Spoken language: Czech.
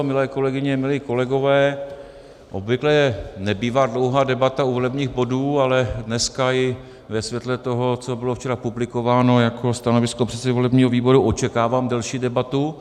Milé kolegyně, milí kolegové, obvykle nebývá dlouhá debata u volebních bodů, ale dneska i ve světle toho, co bylo včera publikováno jako stanovisko předsedy volebního výboru, očekávám delší debatu.